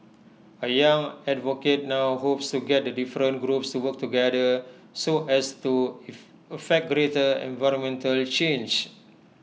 A young advocate now hopes to get the different groups to work together so as to effect greater environmental change